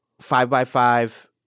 five-by-five